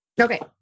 okay